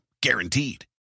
Guaranteed